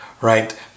right